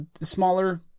smaller